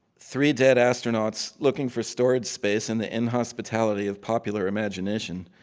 three dead astronauts looking for storage space and the inhospitality of popular imagination,